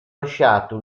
lasciato